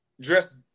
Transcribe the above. dress